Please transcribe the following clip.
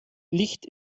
licht